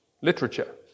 literature